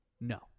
No